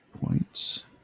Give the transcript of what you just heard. points